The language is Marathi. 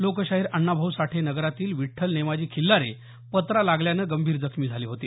लोकशाहिर अण्णाभाऊ साठे नगरातील विठ्ठल नेमाजी खिल्लारे पत्रा लागल्यानं गंभीर जखमी झाले होते